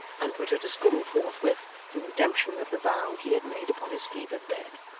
and put her to school forthwith, in redemption of the vow he had made upon his fevered bed.